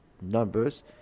numbers